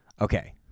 Okay